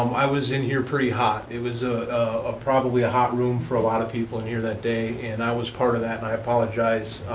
um i was in here pretty hot. it was ah ah probably a hot room for a lot of people in here that day, and i was part of that, and i apologize.